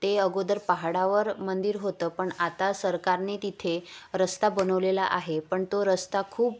ते अगोदर पहाडावर मंदिर होतं पण आता सरकारने तिथे रस्ता बनवलेला आहे पण तो रस्ता खूप